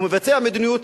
הוא מבצע מדיניות,